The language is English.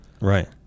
Right